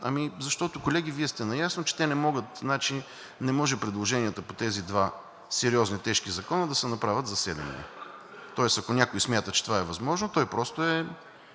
дни? Защото, колеги, Вие сте наясно, че те не могат предложенията по тези два сериозни, тежки закона да се направят за седем дни, Тоест, ако някой смята, че това е възможно, той просто е,